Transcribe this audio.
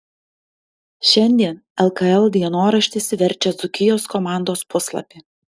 šiandien lkl dienoraštis verčia dzūkijos komandos puslapį